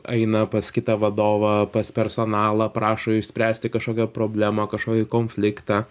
eina pas kitą vadovą pas personalą prašo išspręsti kažkokią problemą kažkokį konfliktą